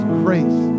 grace